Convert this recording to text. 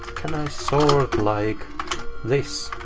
can i sort like this?